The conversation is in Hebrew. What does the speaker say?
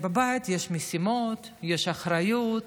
בבית יש משימות, יש אחריות,